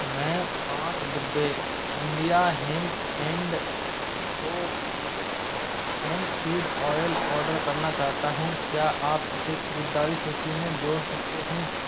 मैं पाँच डिब्बे India hemp and co hemp seed oil order करना चाहता हूँ क्या आप इसे खरीददारी सूचि में जोड़ सकते हैं